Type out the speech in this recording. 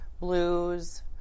blues